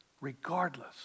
regardless